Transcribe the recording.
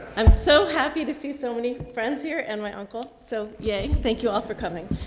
i'm so happy to see so many friends here and my uncle, so yay. thank you all for coming.